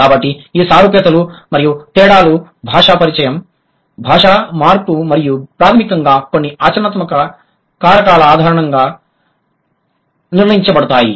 కాబట్టి ఈ సారూప్యతలు మరియు తేడాలు భాషా పరిచయం భాష మార్పు మరియు ప్రాథమికంగా కొన్ని ఆచరణాత్మక కారకాల ఆధారంగా నిర్ణయించబడతాయి